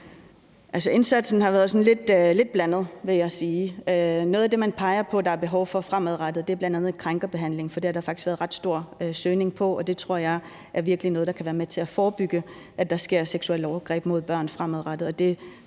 lidt blandet, vil jeg sige. Noget af det, man peger på at der er behov for fremadrettet, er bl.a. krænkerbehandling. For det har der faktisk været ret stor søgning til, og det tror jeg virkelig er noget, der kan være med til at forebygge, at der sker seksuelle overgreb mod børn fremadrettet,